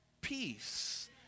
peace